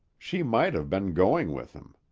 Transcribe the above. she might have been going with him.